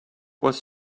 was